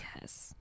Yes